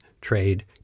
trade